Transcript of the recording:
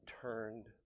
turned